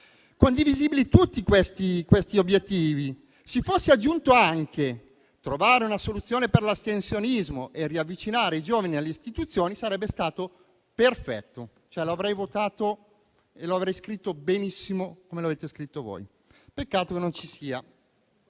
condivisibili tutti questi obiettivi, si fosse aggiunto anche trovare una soluzione per l'astensionismo e riavvicinare i giovani alle istituzioni, sarebbe stato perfetto, cioè l'avrei votato e lo avrei scritto benissimo come lo avete scritto voi. Peccato che questo